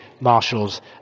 Marshals